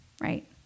right